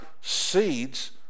seeds